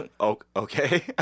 okay